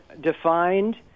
defined